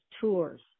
Tours